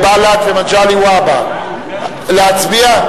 בל"ד ומגלי והבה, להצביע?